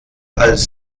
als